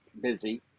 busy